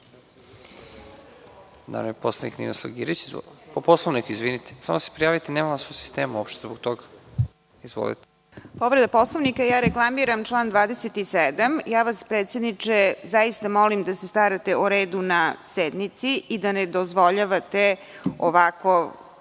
Povreda Poslovnika, reklamiram član 27.Predsedniče, zaista vas molim da se starate o redu na sednici i da ne dozvoljavate ovakav